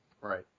Right